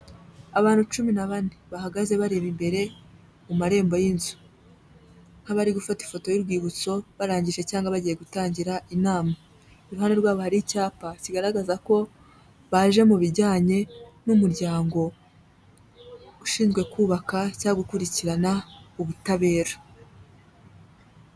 Abantu cumi na bane bahagaze bareba imbere mu marembo y'inzu, nk'abari gufata ifoto y'urwibutso barangije cyangwa bagiye gutangira inama. Iruhande rwabo hari icyapa kigaragaza ko baje mu bijyanye n'umuryango ushinzwe kubaka cya gukurikirana ubutabera.